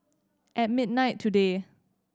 at midnight today